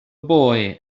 boy